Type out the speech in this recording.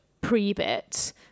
pre-bit